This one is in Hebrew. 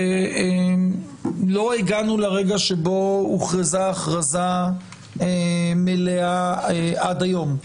שלא הגענו לרגע שבו הוכרזה הכרזה מלא עד היום.